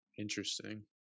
Interesting